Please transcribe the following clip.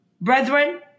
Brethren